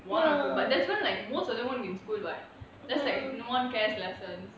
one or two but that one like most of them won't be in school [what] just like no one cares lessons